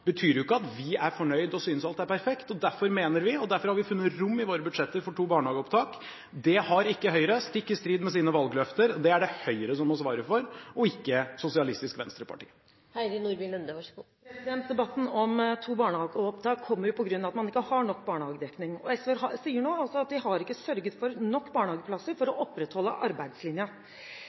betyr jo ikke at vi er fornøyde og synes at alt er perfekt. Derfor har vi funnet rom i våre budsjetter for to barnehageopptak. Det har ikke Høyre, stikk i strid med deres valgløfter. Det er det Høyre som må svare for og ikke Sosialistisk Venstreparti. Debatten om to barnehageopptak kom jo på grunn av at man ikke har nok barnehagedekning, og SV sier nå at de ikke har sørget for nok barnehageplasser til å opprettholde